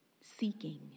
seeking